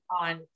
on